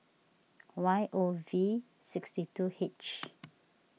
Y O V sixty two H